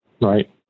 Right